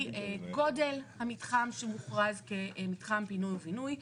גודל המתחם שמוכר במתחם פינוי ובינוי.